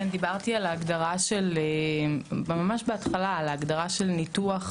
דיברתי על ההגדרה, ממש בהתחלה, של ניתוח